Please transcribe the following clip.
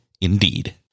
Indeed